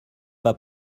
pas